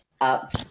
up